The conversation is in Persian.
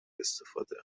استفاده